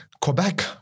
Quebec